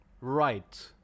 Right